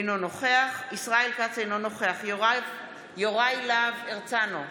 אינו נוכח ישראל כץ, אינו נוכח יוראי להב הרצנו,